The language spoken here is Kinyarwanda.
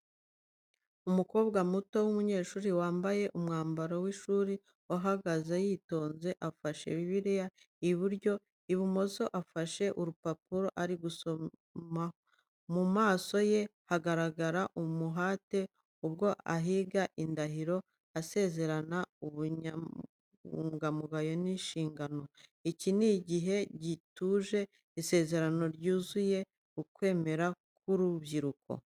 Umukobwa muto w’umunyeshuri, wambaye umwambaro w’ishuri uhagaze yitonze, afashe bibliya ibyryo, ibumoso afashe urupapuro ari gusomeraho. Mu maso ye hagaragara umuhate, ubwo ahiga indahiro, asezerana ubunyangamugayo n’inshingano. Iki ni igihe gituje, isezerano ryuzuye ukwemera kw’urubyiruko.